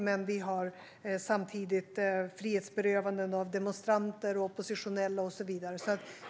Samtidigt har det skett frihetsberövanden av demonstranter, oppositionella och så vidare.